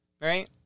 right